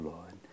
Lord